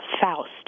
Faust